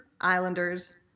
Islanders